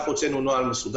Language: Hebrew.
הוצאנו על זה נוהל מסודר.